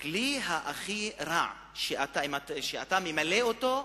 "הכלי הכי רע שאתה ממלא אותו,